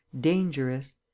dangerous